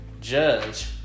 judge